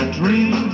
dream